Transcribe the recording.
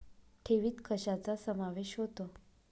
ठेवीत कशाचा समावेश होतो?